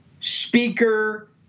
speaker